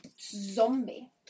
zombie